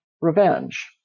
revenge